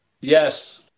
Yes